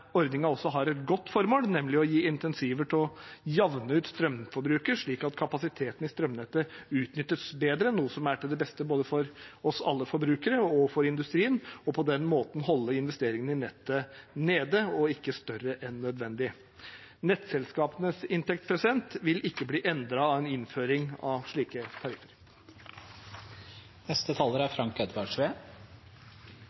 også har et godt formål, nemlig å gi insentiver til å jamne ut strømforbruket slik at kapasiteten i strømnettet utnyttes bedre, noe som er til det beste både for alle oss forbrukere og for industrien, og på den måten holde investeringene i nettet nede og ikke større enn nødvendig. Nettselskapenes inntekt vil ikke bli endret av en innføring av slike tariffer. Det har vore – og er